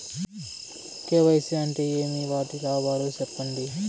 KYC అంటే ఏమి? వాటి లాభాలు సెప్పండి?